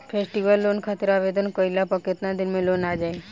Festival loan खातिर आवेदन कईला पर केतना दिन मे लोन आ जाई?